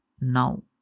now